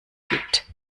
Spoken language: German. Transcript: gibt